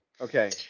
Okay